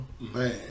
Man